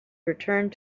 returned